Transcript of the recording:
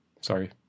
Sorry